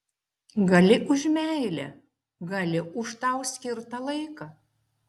gali už meilę gali už tau skirtą laiką